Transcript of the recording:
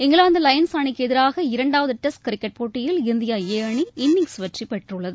England lions அணிக்கு எதிராக இரண்டாவது டெஸ்ட் கிரிக்கெட் போட்டியில் இந்தியா ஏ அணி இன்னிங்ஸ் வெற்றி பெற்றுள்ளது